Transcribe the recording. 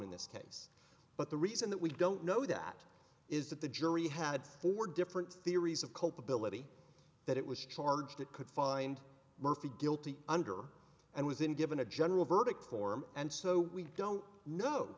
in this case but the reason that we don't know that is that the jury had four different theories of culpability that it was charged it could find murphy deal to under and was in given a general verdict form and so we don't know